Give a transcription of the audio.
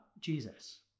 Jesus